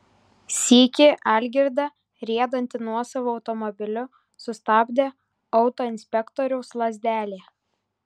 sykį algirdą riedantį nuosavu automobiliu sustabdė autoinspektoriaus lazdelė